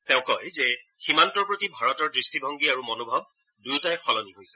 তেওঁ কয় যে সীমান্তৰ প্ৰতি ভাৰতৰ দৃষ্টিভঙ্গী আৰু মনোভাৱ দুয়োটাই সলনি হৈছে